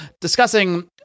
discussing